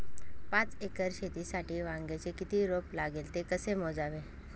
पाच एकर शेतीसाठी वांग्याचे किती रोप लागेल? ते कसे मोजावे?